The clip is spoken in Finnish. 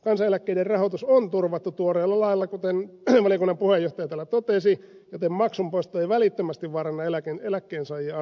kansaneläkkeiden rahoitus on turvattu tuoreella lailla kuten valiokunnan puheenjohtaja täällä totesi joten maksun poisto ei välittömästi vaaranna eläkkeensaajan asemaa